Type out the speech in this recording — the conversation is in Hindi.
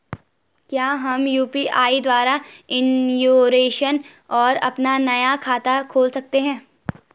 क्या हम यु.पी.आई द्वारा इन्श्योरेंस और अपना नया खाता खोल सकते हैं?